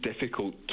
difficult